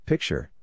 Picture